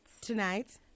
tonight